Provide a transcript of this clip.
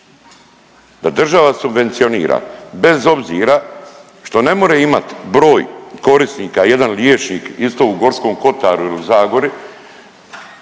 Da država subvencionira bez obzira što ne more imat broj korisnika jedan liječnik isto u Gorskom kotaru ili u Zagori